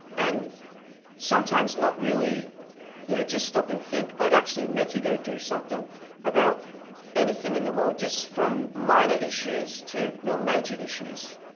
and sometimes not really you know just stop and think, but actually make you go and do something about anything in the world, just from minor issues to real major issues.